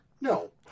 no